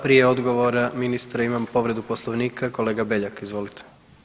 Prije odgovora ministre imam povredu Poslovnika, kolega Beljak, izvolite.